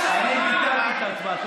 אני ביטלתי את ההצבעה.